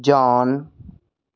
John